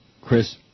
Chris